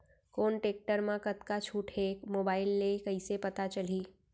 कोन टेकटर म कतका छूट हे, मोबाईल ले कइसे पता चलही?